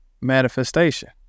manifestation